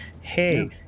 hey